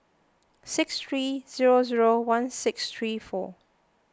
six three zero zero one six three four